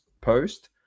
post